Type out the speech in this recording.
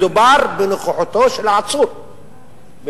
מדובר בנוכחותו של העצור בבית-המשפט,